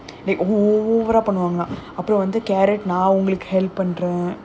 like oh oh oh over ah பண்ணுவாங்க:pannuvaanga